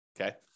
okay